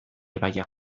ibaia